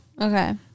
Okay